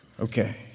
Okay